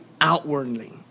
outwardly